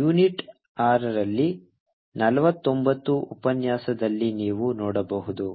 unit ಆರರಲ್ಲಿ ನಲವತ್ತೊಂಬತ್ತು ಉಪನ್ಯಾಸದಲ್ಲಿ ನೀವು ನೋಡಬಹುದು